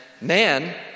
man